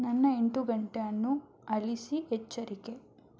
ನನ್ನ ಎಂಟು ಗಂಟೆ ಅನ್ನು ಅಳಿಸಿ ಎಚ್ಚರಿಕೆ